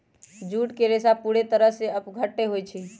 jute के रेशा पूरे तरह से अपघट्य होई छई